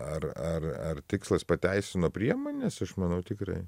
ar ar ar tikslas pateisino priemones aš manau tikrai